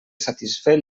satisfer